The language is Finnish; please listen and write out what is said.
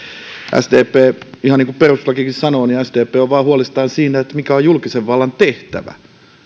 ihan niin kuin perustuslakikin sanoo niin sdp on on vain huolissaan siitä mikä on julkisen vallan tehtävä